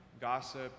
gossip